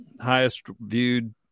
highest-viewed